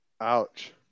Ouch